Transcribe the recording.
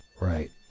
right